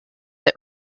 that